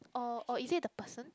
or or is it the person